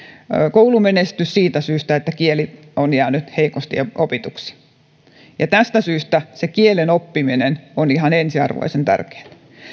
koulumenestys siitä syystä että kieli on jäänyt heikosti opituksi tästä syystä kielen oppiminen on ihan ensiarvoisen tärkeää